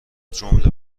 جمله